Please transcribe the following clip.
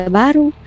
baru